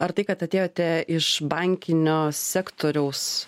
ar tai kad atėjote iš bankinio sektoriaus